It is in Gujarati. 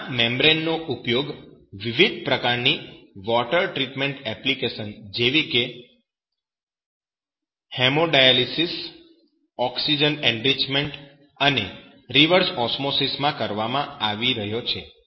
આ મેમ્બરેન નો ઉપયોગ વિવિધ પ્રકારની વૉટર ટ્રીટમેન્ટ એપ્લિકેશન્સ જેવી કે હિમોડાયાલીસીસ ઓકસીજન એનરીચમેન્ટ અને રિવર્સ ઓસ્મોસિસ માં કરવામાં આવી રહ્યો છે